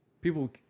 People